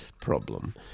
problem